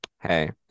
hey